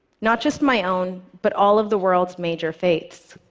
not just my own, but all of the world's major faiths.